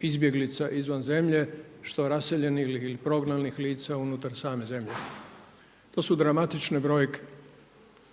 izbjeglica izvan zemlje, što raseljenih ili prognanih lica unutar same zemlje. To su dramatične brojke